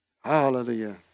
Hallelujah